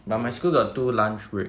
but my school got two lunch break